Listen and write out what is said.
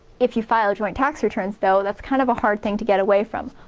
if you file joint tax returns though, that's kind of a hard thing to get away from.